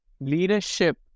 leadership